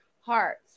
hearts